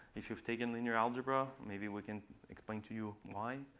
if you've taken linear algebra, maybe we can explain to you why.